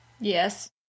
Yes